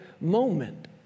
moment